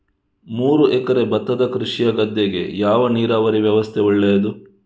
ಮೂರು ಎಕರೆ ಭತ್ತದ ಕೃಷಿಯ ಗದ್ದೆಗೆ ಯಾವ ನೀರಾವರಿ ವ್ಯವಸ್ಥೆ ಒಳ್ಳೆಯದು?